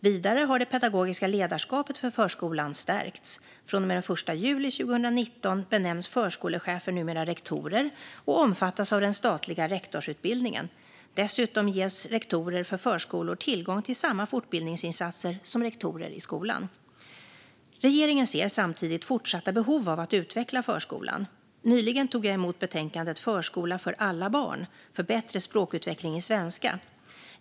Vidare har det pedagogiska ledarskapet för förskolan stärkts. Från och med den 1 juli 2019 benämns förskolechefer rektorer och omfattas av den statliga rektorsutbildningen. Dessutom ges rektorer för förskolor tillgång till samma fortbildningsinsatser som rektorer i skolan. Regeringen ser samtidigt fortsatta behov av att utveckla förskolan. Nyligen tog jag emot betänkandet Förskola för alla barn - för bättre språkutveckling i svenska .